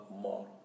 more